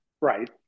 Right